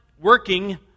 working